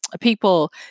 people